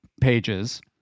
pages